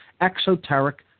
exoteric